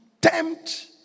tempt